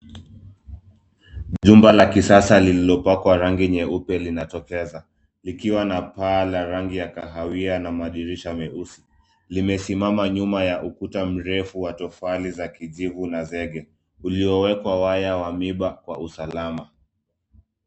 Jumba la kisasa lililopakwa rangi nyeupe, linatokeza ,likiwa na paa la rangi ya kahawia na madirisha meusi. Limesimama nyuma ya ukuta mrefu wa tofali za kijivu na zege ulowekwa waya wa miba kwa usalama.